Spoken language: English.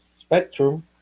spectrum